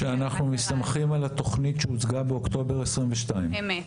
כשאנחנו מסתמכים על התוכנית שהוצגה באוקטובר 2022. אמת,